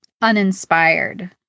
uninspired